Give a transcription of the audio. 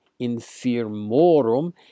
infirmorum